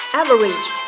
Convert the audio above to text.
average